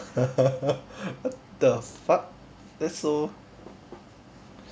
what the fuck that's so